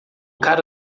cara